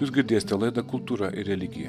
jūs girdėsite laidą kultūra ir religija